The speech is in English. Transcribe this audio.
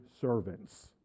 servants